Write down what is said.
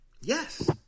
Yes